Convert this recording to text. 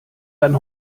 dann